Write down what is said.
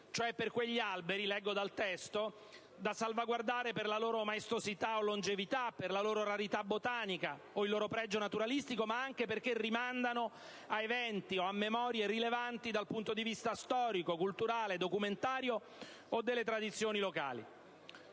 cioè per quegli alberi da salvaguardare per la loro maestosità e longevità, per la loro rarità botanica o il loro pregio naturalistico, ma anche perché rimandano a eventi o a memorie rilevanti dal punto di vista storico, culturale, documentario o delle tradizioni locali.